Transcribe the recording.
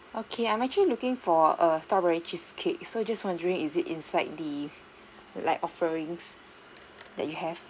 okay I'm actually looking for err strawberry cheesecake so just wondering is it inside the like offerings that you have